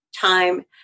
time